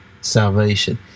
salvation